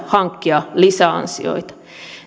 hankkia lisäansioita